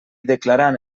declarant